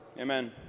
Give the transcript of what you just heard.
Amen